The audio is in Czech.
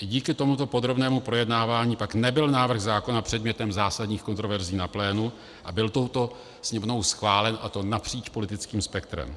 I díky tomuto podrobnému projednávání pak nebyl návrh zákona předmětem zásadních kontroverzí na plénu a byl touto Sněmovnou schválen, a to napříč politickým spektrem.